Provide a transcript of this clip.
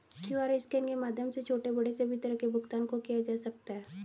QR scan के माध्यम से छोटे बड़े सभी तरह के भुगतान को किया जा सकता है